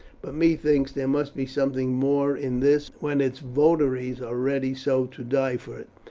but methinks there must be something more in this when its votaries are ready so to die for it.